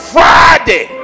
Friday